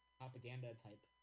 propaganda-type